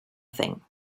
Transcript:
thing